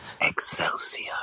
excelsior